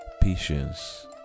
patience